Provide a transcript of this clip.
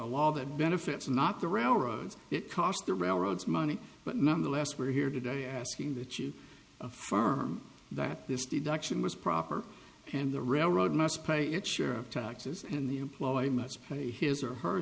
that benefits not the railroads it cost the railroads money but nonetheless we're here today asking that you affirm that this deduction was proper and the railroad must pay its share of taxes and the employee must play his or her